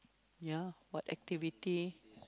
ya what activity